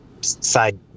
side